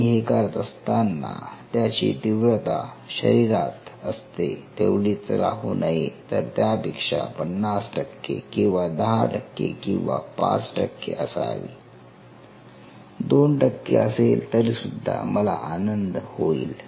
आणि हे करत असताना त्याची तीव्रता शरीरात असते तेवढीच राहू नये तर त्यापेक्षा 50 टक्के किंवा 10 टक्के किंवा 5 टक्के असावी 2 टक्के असेल तरीसुद्धा मला आनंद होईल